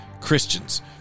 Christians